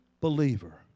believer